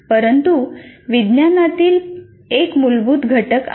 परंतु विज्ञानातील एक मूलभूत घटक आहे